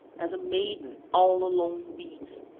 as a maiden all alone weeps,